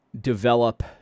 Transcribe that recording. develop